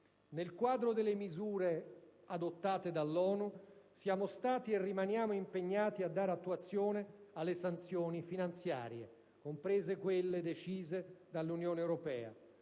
Nel quadro delle misure adottate dall'ONU, siamo stati e rimaniamo impegnati a dare attuazione alle sanzioni finanziarie, comprese quelle decise dall'Unione europea.